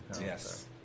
Yes